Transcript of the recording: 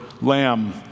lamb